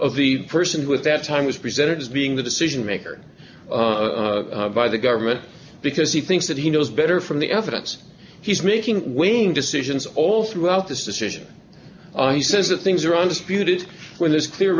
of the person with that time was presented as being the decision maker by the government because he thinks that he knows better from the evidence he's making weighing decisions all throughout this decision he says that things are undisputed when there's clear